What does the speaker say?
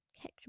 Catch